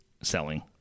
selling